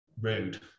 rude